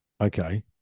Okay